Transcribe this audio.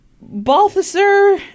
Balthasar